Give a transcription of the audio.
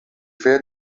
feia